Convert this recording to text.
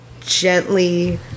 gently